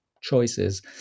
choices